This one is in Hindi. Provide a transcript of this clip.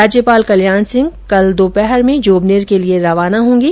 राज्यपाल कल्याण सिंह कल दोपहर में जोबनेर के लिए रवाना होंगे